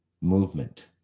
movement